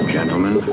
Gentlemen